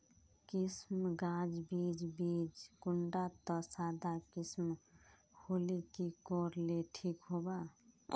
किसम गाज बीज बीज कुंडा त सादा किसम होले की कोर ले ठीक होबा?